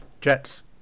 Jets